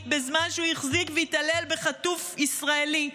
בזמן שהוא החזיק והתעלל בחטוף ישראלי.